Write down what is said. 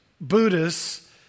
Buddhists